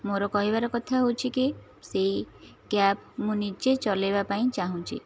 ମର କହିବାର କଥା ହେଉଛି କି ସେଇ କ୍ୟାବ୍ ମୁଁ ନିଜେ ଚଲାଇବା ପାଇଁ ଚାହୁଁଛି